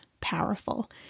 powerful